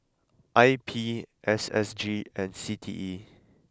I P S S G and C T E